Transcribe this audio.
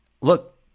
look